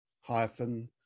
hyphen